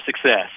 success